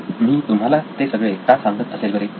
तर मी तुम्हाला ते सगळे का सांगत असेल बरे